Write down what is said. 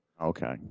Okay